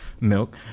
milk